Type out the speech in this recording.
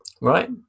right